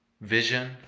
vision